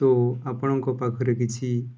ତ ଆପଣଙ୍କ ପାଖରେ କିଛି